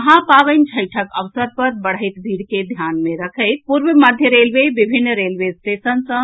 महापावनि छठिक अवसर पर बढ़ैत भीड़ केँ ध्यान मे रखैत पूर्व मध्य रेलवे विभिन्न रेलवे स्टेशन सँ